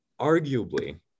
arguably